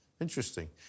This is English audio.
Interesting